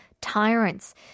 tyrants